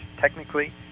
technically